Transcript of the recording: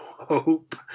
hope